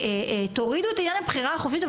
תורידו את עניין הבחירה החופשית,